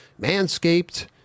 Manscaped